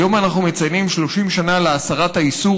היום אנחנו מציינים 30 שנה להסרת האיסור